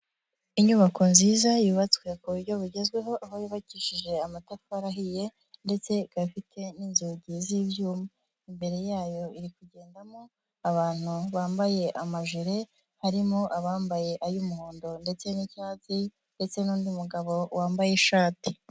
Inyubako nziza yubatswe ku buryo bugezweho, aho yubakishije amatafari ahiye ndetse gafite n'inzugi z'ibyuma. Imbere yayo iri kugendamo abantu bambaye ama jire, harimo abambaye ay'umuhondo ndetse n'icyatsi ndetse n'undi mugabo wambaye ishati.